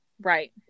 Right